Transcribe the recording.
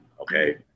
okay